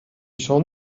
schon